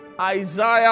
Isaiah